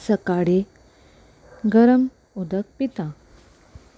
सकाळी गरम उदक पिता